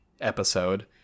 episode